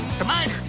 tomatoes.